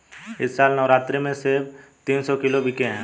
इस साल नवरात्रि में सेब तीन सौ किलो बिके हैं